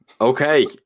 Okay